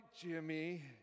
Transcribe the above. Jimmy